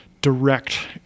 direct